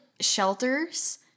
shelters